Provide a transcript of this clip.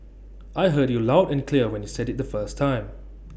I heard you loud and clear when you said IT the first time